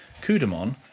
Kudamon